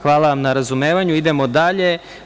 Hvala vam na razumevanju, idemo dalje.